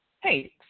hey